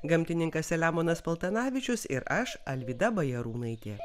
gamtininkas selemonas paltanavičius ir aš alvyda bajarūnaitė